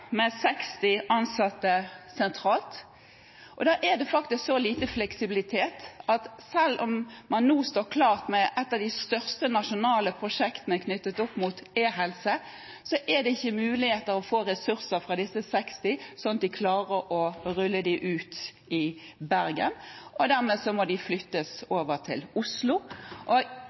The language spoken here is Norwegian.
med 60 ansatte sentralt, men det er så lite fleksibilitet at selv om man nå står klare med et av de største nasjonale prosjektene knyttet til e-helse, er det ikke mulig å få ressurser fra disse 60, sånn at de klarer å rulle det ut i Bergen. Dermed må det flyttes